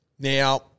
Now